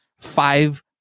five